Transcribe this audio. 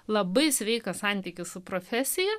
labai sveiką santykį su profesija